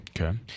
Okay